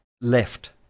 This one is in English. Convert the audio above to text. left